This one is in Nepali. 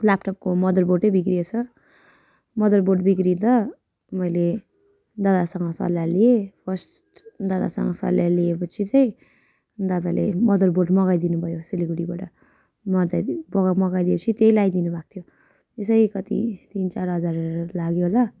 ल्यापटपको मदरबोर्डै बिग्रिएछ मदरबोर्ड बिग्रदा मैले दादासँग सल्लाह लिएँ फर्स्ट दादासँग सल्लाह लिए पछि चाहिँ दादाले मदरबोर्ड मगाइ दिनुभयो सिलगढीबाट मदै पग मगाइ दियोपछि त्यही लाइदिनु भएको थियो त्यसै कति तिन चार हजारहरू लाग्यो होला